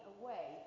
away